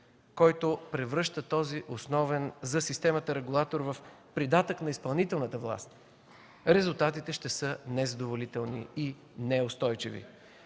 който превръща този основен за системата регулатор в придатък на изпълнителната власт, резултатите ще са незадоволителни и неустойчиви.